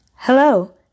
Hello